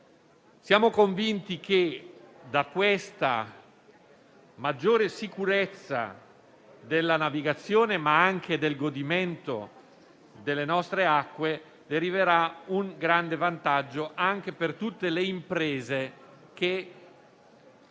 Siamo convinti che da questa maggiore sicurezza della navigazione, ma anche del godimento delle nostre acque, deriverà un grande vantaggio anche per tutte le imprese